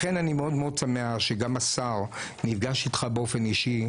לכן אני מאוד מאוד שמח שגם השר נפגש איתך באופן אישי,